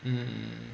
mm